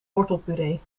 wortelpuree